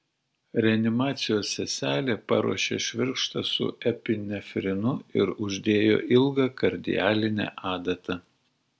reanimacijos seselė paruošė švirkštą su epinefrinu ir uždėjo ilgą kardialinę adatą